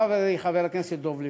חברי חבר הכנסת דב ליפמן,